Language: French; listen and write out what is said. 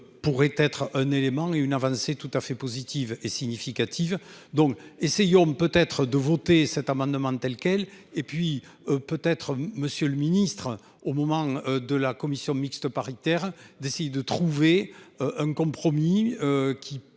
Pourrait être un élément et une avancée tout à fait positive et significative. Donc essayons on peut être de voter cet amendement de tels quels et puis peut être Monsieur le Ministre, au moment de la commission mixte paritaire d'essayer de trouver un compromis qui